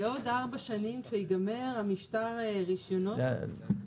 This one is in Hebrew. בעוד ארבע שנים כשייגמר משטר רישיונות --- מה?